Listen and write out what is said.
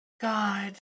God